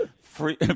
free